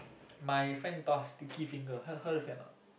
my friend's bath sticky finger her her fan a not